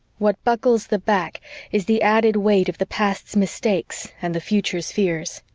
what buckles the back is the added weight of the past's mistakes and the future's fears.